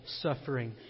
suffering